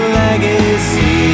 legacy